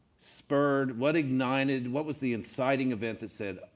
spurred, what ignited, what was the inciting event that said,